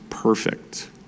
perfect